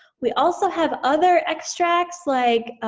we also have other extracts like